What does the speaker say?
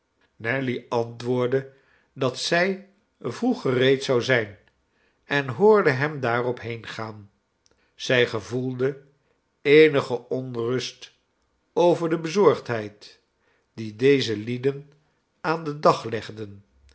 nelly antwoordde dat zij vroeg gereed zou zijn en hoorde hem daarop heengaan zij gevoelde eenige onrust over de bezorgdheid die deze lieden aan den dag legden